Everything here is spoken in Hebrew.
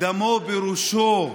דמו בראשו,